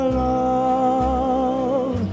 love